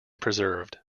preserved